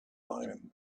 linen